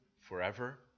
forever